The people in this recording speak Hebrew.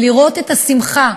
ולראות את השמחה